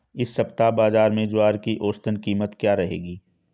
इस सप्ताह बाज़ार में ज्वार की औसतन कीमत क्या रहेगी?